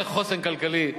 זה חוסן כלכלי.